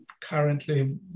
currently